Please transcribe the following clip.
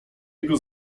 jego